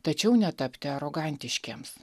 tačiau netapti arogantiškiems